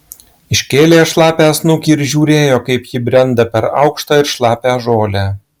iškėlė šlapią snukį ir žiūrėjo kaip ji brenda per aukštą ir šlapią žolę